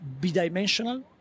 bidimensional